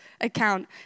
account